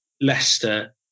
Leicester